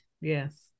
yes